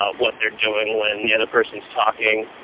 ah what they are doing when the other person is talking